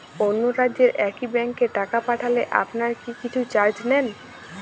অন্য রাজ্যের একি ব্যাংক এ টাকা পাঠালে আপনারা কী কিছু চার্জ নেন?